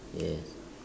yes